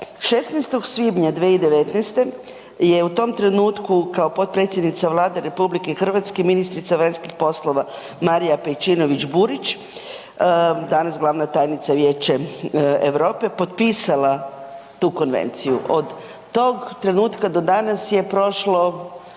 16. svibnja 2019. je u tom trenutku kao potpredsjednica Vlade RH ministrica vanjskih poslova Marija Pejčinović-Burić, danas glavna tajnica Vijeće Europe, potpisala tu konvenciju. Od tog trenutka do danas je prošlo